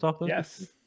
Yes